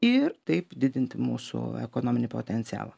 ir taip didinti mūsų ekonominį potencialą